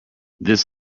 this